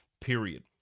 period